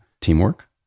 teamwork